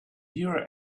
here